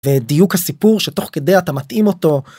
דיוק הסיפור שתוך כדי אתה מתאים אותו.